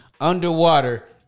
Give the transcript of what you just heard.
underwater